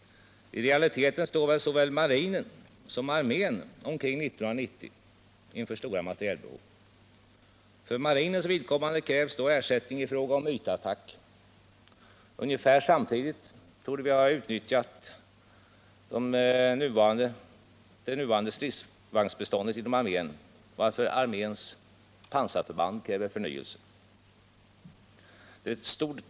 I realiteten står såväl marinen som armén omkring 1990 inför stora materielbehov. För marinens vidkommande krävs då ersättning i fråga om ytattack. Ungefär samtidigt torde vi ha utnyttjat det nuvarande stridsvagnsbeståndet inom armén, varför arméns pansarförband kräver förnyelse.